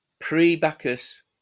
Pre-Bacchus